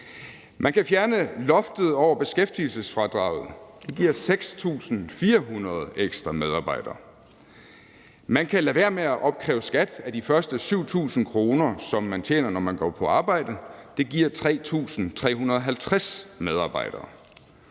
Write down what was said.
Man kan fjerne loftet over beskæftigelsesfradraget. Det giver 6.400 ekstra medarbejdere. Man kan lade være med at opkræve skat af de første 7.000 kr., som man tjener, når man går på arbejde, og det giver 3.350 medarbejdere.